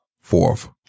Fourth